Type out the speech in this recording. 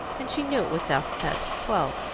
and she knew it was half-past twelve,